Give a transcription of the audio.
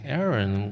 Aaron